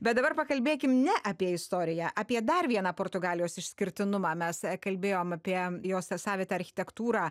bet dabar pakalbėkim ne apie istoriją apie dar vieną portugalijos išskirtinumą mes kalbėjom apie jos savitą architektūrą